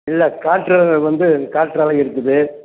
இல்லை காற்றாலை வந்து காற்றாலை இருக்குது